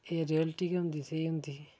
एह् रियालटी गै स्हेई होंदी